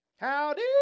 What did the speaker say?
Howdy